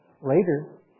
later